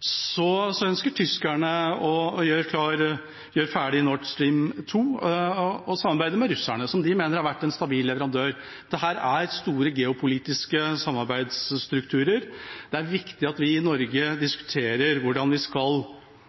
Tyskerne ønsker å gjøre ferdig Nord Stream 2 og samarbeide med russerne, som de mener har vært en stabil leverandør. Dette er store geopolitiske samarbeidsstrukturer. Det er viktig at vi i Norge diskuterer hvordan vi skal